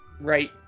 right